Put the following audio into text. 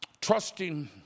trusting